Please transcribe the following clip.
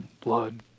blood